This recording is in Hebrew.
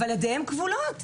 אבל ידיהם כבולות.